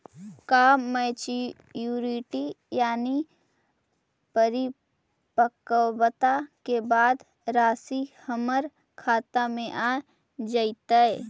का मैच्यूरिटी यानी परिपक्वता के बाद रासि हमर खाता में आ जइतई?